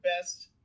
best